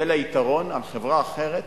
יהיה לה יתרון על חברה אחרת